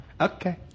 Okay